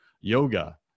yoga